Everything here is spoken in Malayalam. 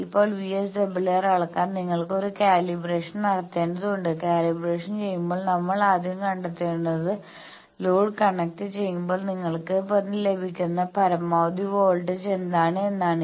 ഇപ്പോൾ VSWR അളക്കാൻ നിങ്ങൾ ഒരു കാലിബ്രേഷൻ നടത്തേണ്ടതുണ്ട് കാലിബ്രേഷൻ ചെയ്യുമ്പോൾ നമ്മൾ ആദ്യം കണ്ടെത്തേണ്ടത് ലോഡ് കണക്ട് ചെയ്യുമ്പോൾ നിങ്ങൾക്ക് ലഭിക്കുന്ന പരമാവധി വോൾട്ടേജ് voltage എന്താണ് എന്നാണ്